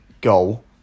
goal